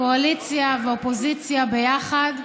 קואליציה ואופוזיציה ביחד,